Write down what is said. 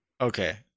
Okay